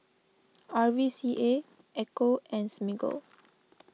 R V C A Ecco and Smiggle